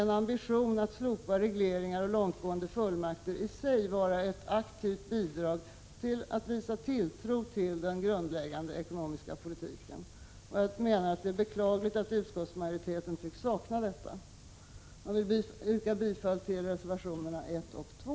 En ambition att slopa regleringar och långtgående fullmakter skulle i sig vara ett aktivt sätt att visa tilltro till den grundläggande ekonomiska politiken. Jag menar att det är beklagligt att utskottsmajoriteten tycks sakna en sådan ambition. Jag yrkar bifall till reservationerna 1 och 2.